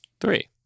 three